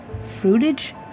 fruitage